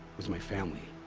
was my family.